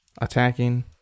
attacking